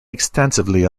extensively